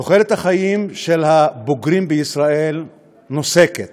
תוחלת החיים של הבוגרים בישראל נוסקת,